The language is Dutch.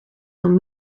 van